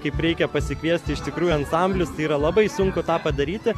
kaip reikia pasikviesti iš tikrųjų ansamblius tai yra labai sunku tą padaryti